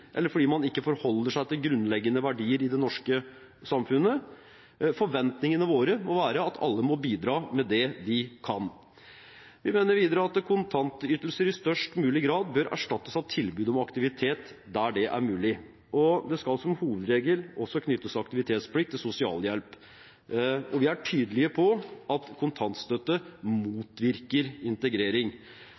eller fordi man ikke forholder seg til grunnleggende verdier i det norske samfunnet. Forventningene våre må være at alle må bidra med det de kan. Vi mener videre at kontantytelser i størst mulig grad bør erstattes av tilbud om aktivitet, der det er mulig. Det skal som hovedregel også knyttes aktivitetsplikt til sosialhjelp. Vi er tydelig på at kontantstøtte motvirker integrering.